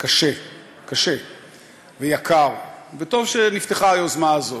קשה ויקר, וטוב שנפתחה היוזמה הזאת.